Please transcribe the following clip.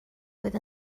fydd